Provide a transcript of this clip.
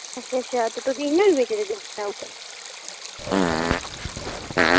अच्छा अच्छा ते तुगी इन्ने रपेऽ च गै देई ओड़दा ओह्